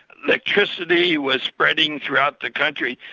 electricity was spreading throughout the country.